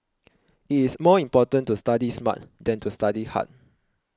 it is more important to study smart than to study hard